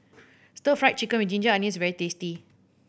Stir Fry Chicken with ginger onions is very tasty